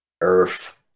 Earth